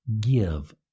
give